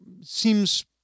seems